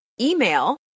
Email